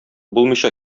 булмыйча